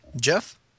jeff